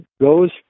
goes